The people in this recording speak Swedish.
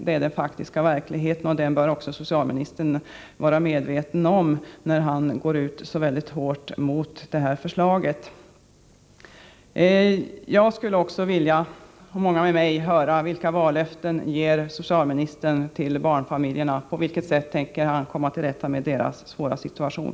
Det är den faktiska verkligheten, och den bör också socialministern vara medveten om när han går ut så väldigt hårt mot förslaget. Jag skulle också vilja, och många med mig, höra vilka vallöften socialministern ger till barnfamiljerna och på vilket sätt han tänker komma till rätta med deras svåra situation.